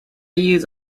use